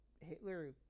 Hitler